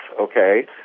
okay